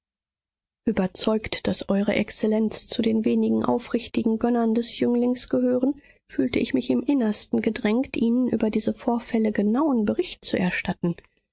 überzeugt daß eure exzellenz zu den wenigen aufrichtigen gönnern des jünglings gehören fühlte ich mich im innersten gedrängt ihnen über diese vorfälle genauen bericht zu erstatten